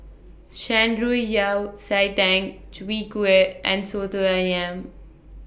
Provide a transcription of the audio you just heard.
Shan Rui Yao Cai Tang Chwee Kueh and Soto Ayam